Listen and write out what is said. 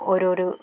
ഓരോരോ